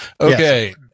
Okay